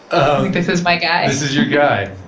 um this is my guy. this is your guy.